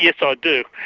yes, i do.